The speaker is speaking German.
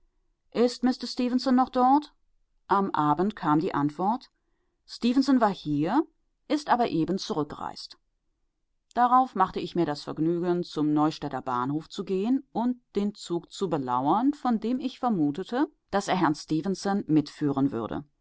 ist mister stefenson noch dort am abend kam die antwort stefenson war hier ist aber eben zurückgereist darauf machte ich mir das vergnügen zum neustädter bahnhof zu gehen und den zug zu belauern von dem ich vermutete daß er herrn stefenson mitführen würde